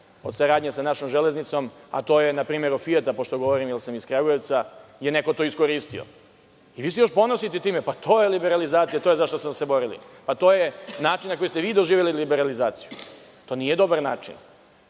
od saradnje sa našom „Železnicom“, a to je npr. „Fijat“ pošto sam iz Kragujevca, neko je to iskoristio. Vi se još ponosite time – to je liberalizacija, to je zašta smo se borili. To je način na koji ste vi doživeli liberalizaciju. To nije dobar način.